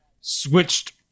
switched